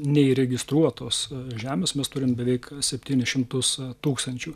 neįregistruotos žemės mes turim beveik septynis šimtus tūkstančių